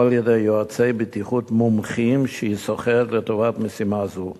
או על-ידי יועצי בטיחות מומחים שהיא שוכרת לטובת משימה זו.